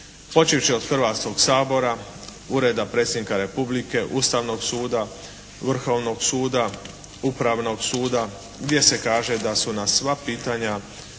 Počevši od Hrvatskog sabora, Ureda Predsjednika Republike, Ustavnog suda, Vrhovnog suda, Upravnog suda gdje se kaže da su na sva pitanja